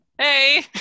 hey